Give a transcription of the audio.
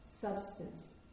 substance